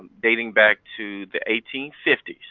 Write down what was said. dating back to the eighteen fifty s.